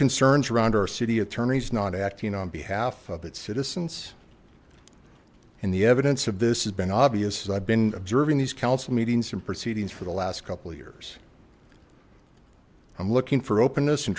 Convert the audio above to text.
concerns around our city attorneys not acting on behalf of its citizens and the evidence of this has been obvious as i've been observing these council meetings and proceedings for the last couple years i'm looking for openness and